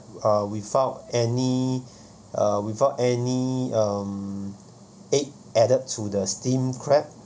uh without any uh without any um egg added to the steamed crab